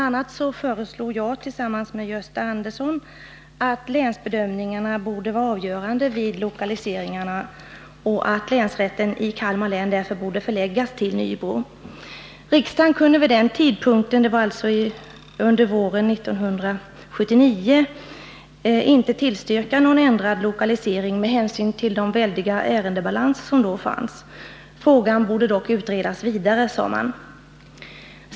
a. föreslog jag tillsammans med Gösta Andersson att länsbedömningarna skulle vara avgörande vid lokaliseringarna och att länsrätten i Kalmar län därför borde förläggas till Nybro. Riksdagen kunde vid den tidpunkten, våren 1979, inte tillstyrka någon ändrad lokalisering med hänsyn till de väldiga ärendebalanser som då fanns. Frågan borde dock utredas vidare, sade man.